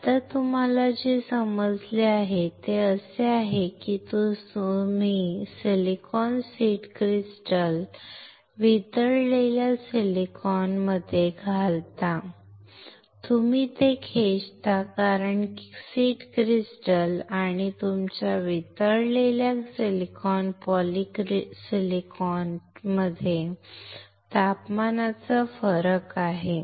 आत्ता तुम्हाला जे समजले आहे ते असे आहे की तुम्ही हे सिलिकॉन सीड क्रिस्टल वितळलेल्या सिलिकॉनमध्ये घालता तुम्ही ते खेचता कारण सीड क्रिस्टल आणि तुमच्या वितळलेल्या सिलिकॉन पॉलिसिलिकॉनमध्ये तापमानाचा फरक आहे